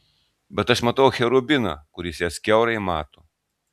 bet aš matau cherubiną kuris jas kiaurai mato